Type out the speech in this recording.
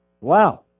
Wow